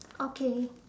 okay